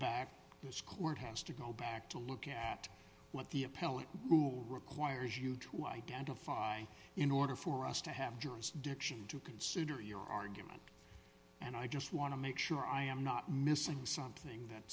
back this court has to go back to look at what the appellate rule requires you to identify in order for us to have jurisdiction to consider your argument and i just want to make sure i am not missing something that